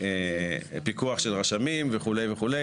פיקוח של רשמים וכו' וכו'.